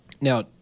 Now